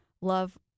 love